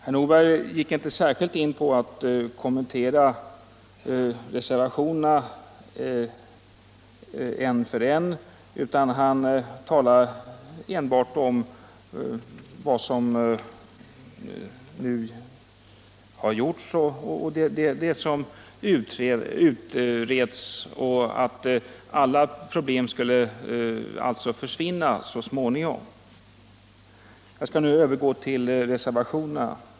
Herr Nordberg gick inte närmare in på de enskilda reservationerna utan redovisade endast vad som gjorts eller vad som håller på att utredas, och han anförde att alla problem så småningom skulle försvinna. Jag vill därför anknyta till dessa reservationer.